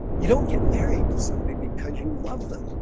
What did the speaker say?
you don't get married somebody because you love them.